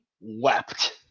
wept